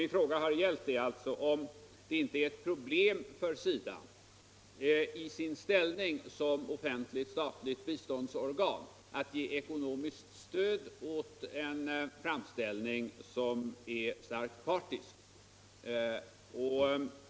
Min fråga här gällde om det inté är ett problem för SIDA som offentligt statligt biståndsorgan att ge ekonomiskt stöd åt en framställning som är starkt partisk.